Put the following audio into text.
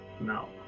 no